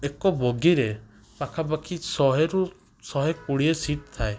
ଏକ ବଗିରେ ପାଖାପାଖି ଶହେରୁ ଶହେ କୋଡ଼ିଏ ସିଟ୍ ଥାଏ